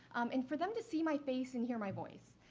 and for them to see my face and hear my voice.